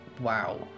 wow